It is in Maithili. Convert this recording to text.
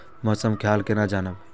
मौसम के हाल केना जानब?